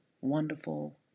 wonderful